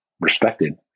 respected